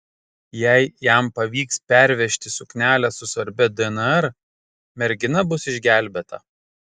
jei jam pavyks pervežti suknelę su svarbia dnr mergina bus išgelbėta